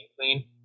clean